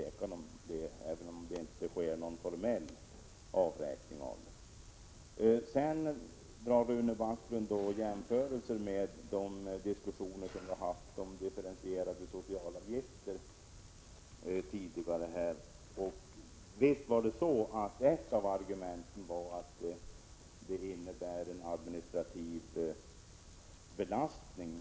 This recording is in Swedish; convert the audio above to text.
1986/87:135 inte sker någon formell avräkning av vinstandelarna. 3 juni 1987 Rune Backlund drog också jämförelser med de diskussioner vi tidigare fört om differentierade socialavgifter. Visst var ett av argumenten att ett sådant system skulle innebära en administrativ belastning.